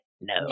no